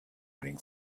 running